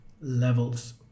levels